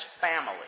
family